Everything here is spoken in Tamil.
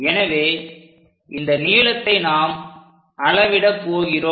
எனவே இந்த நீளத்தை நாம் அளவிடப் போகிறோம்